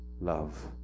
love